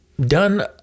done